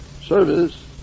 service